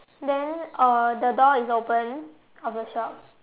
then uh the door is open of the shop